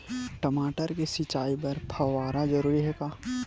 टमाटर के सिंचाई बर फव्वारा जरूरी हे का?